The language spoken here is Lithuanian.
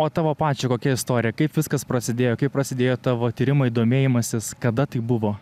o tavo pačia kokia istorija kaip viskas prasidėjo kaip prasidėjo tavo tyrimai domėjimasis kada tai buvo